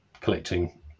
collecting